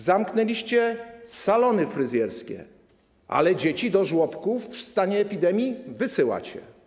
Zamknęliście salony fryzjerskie, ale dzieci do żłobków w stanie epidemii wysyłacie.